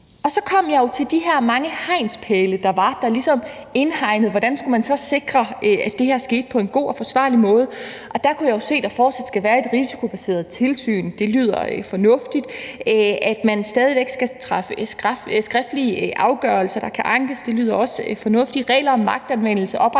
Og så kom jeg jo til de her mange hegnspæle, der ligesom indhegner, hvordan man så skal sikre, at det her sker på en god og forsvarlig måde. Der kunne jeg jo se, at der fortsat skal være et risikobaseret tilsyn, det lyder fornuftigt, at man stadig væk skal træffe skriftlige afgørelser, der kan ankes, det lyder også fornuftigt, og at der er regler om magtanvendelse, opretholdelse